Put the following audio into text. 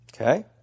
Okay